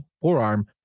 forearm